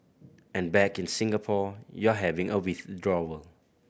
and back in Singapore you're having a withdrawal